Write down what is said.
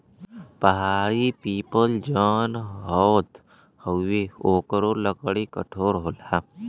पहाड़ी पीपल जौन होत हउवे ओकरो लकड़ी कठोर होला